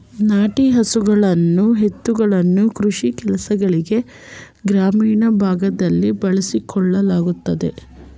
ನಾಟಿ ಹಸುಗಳನ್ನು ಎತ್ತುಗಳನ್ನು ಕೃಷಿ ಕೆಲಸಗಳಿಗೆ ಗ್ರಾಮೀಣ ಭಾಗದಲ್ಲಿ ಬಳಸಿಕೊಳ್ಳಲಾಗುತ್ತದೆ